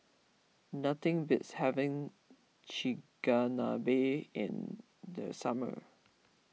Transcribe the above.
nothing beats having Chigenabe in the summer